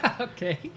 okay